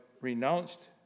renounced